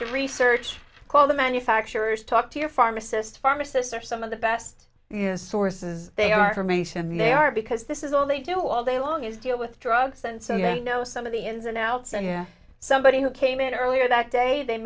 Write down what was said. to research call the manufacturers talk to your pharmacist pharmacists or some of the best sources they are formation they are because this is all they do all day long is deal with drugs and so you know some of the ins and outs and yeah somebody who came in earlier that day they